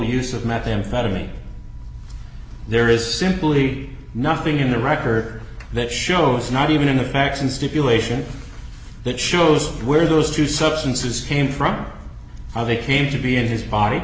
of methamphetamine there is simply nothing in the record that shows not even the facts and stipulation that shows where those two substances came from how they came to be in his body